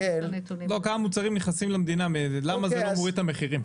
כמה מוצרים נכנסים למדינה ולמה זה לא מוריד את המחירים.